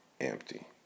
empty